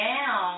now